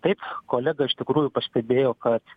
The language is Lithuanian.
taip kolega iš tikrųjų pastebėjo kad